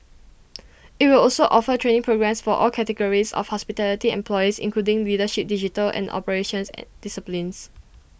IT will also offer training programmes for all categories of hospitality employees including leadership digital and operations and disciplines